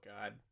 God